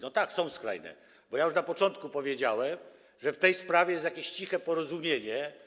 No tak, są skrajne, bo ja już na początku powiedziałem, że w tej sprawie jest jakieś ciche porozumienie.